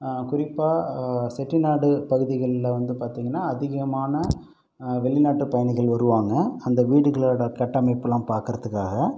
குறிப்பாக செட்டிநாடு பகுதிகளில் வந்து பார்த்தீங்கன்னா அதிகமான வெளிநாட்டு பயணிகள் வருவாங்க அந்த வீடுகளோடய கட்டமைப்புலாம் பார்க்கறத்துக்காக